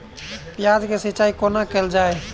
प्याज केँ सिचाई कोना कैल जाए?